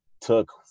took